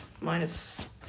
Minus